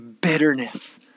bitterness